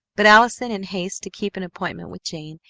but allison, in haste to keep an appointment with jane,